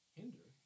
hinder